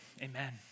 amen